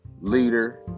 leader